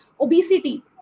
obesity